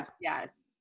Yes